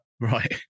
right